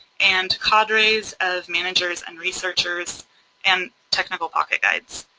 and cadres of managers and researchers and technical pocket guides.